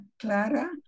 Clara